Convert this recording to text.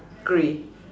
grey